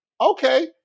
Okay